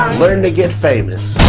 learn to get famous